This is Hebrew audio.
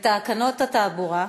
בתקנות התעבורה,